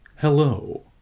Hello